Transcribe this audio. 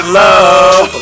love